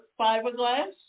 fiberglass